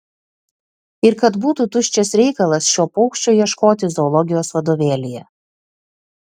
ir kad būtų tuščias reikalas šio paukščio ieškoti zoologijos vadovėlyje